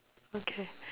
okay